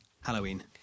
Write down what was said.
Halloween